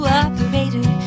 operator